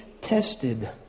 tested